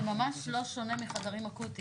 זה ממש לא שונה מחדרים האקוטיים.